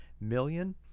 million